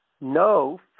No